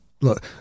look